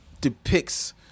depicts